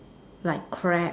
like crab